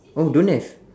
oh don't have